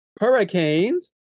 Hurricanes